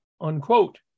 unquote